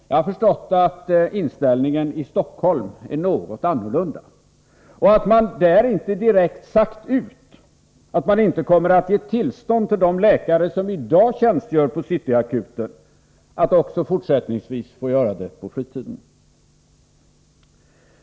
Jag har förstått att inställningen i Stockholm är något annorlunda, och att man där inte direkt uttalat att man inte kommer att ge tillstånd till de läkare som i dag tjänstgör på City Akuten att också fortsättningsvis få göra det på fritiden.